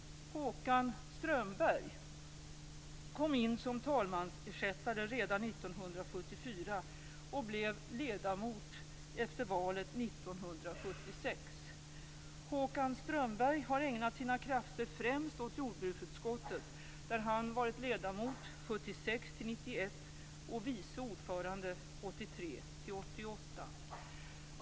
Håkan Strömberg kom in som talmansersättare redan 1974 och blev ledamot efter valet 1976. Håkan Strömberg har ägnat sina krafter främst åt jordbruksutskottet, där han varit ledamot 1976-1991 och vice ordförande 1983-1988.